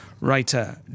writer